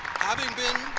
having been